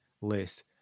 list